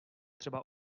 třeba